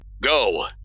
go